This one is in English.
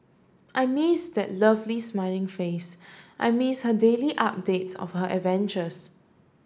I miss that lovely smiling face I miss her daily updates of her adventures